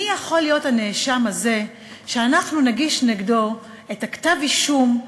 מי יכול להיות הנאשם הזה שאנחנו נגיש נגדו את כתב האישום,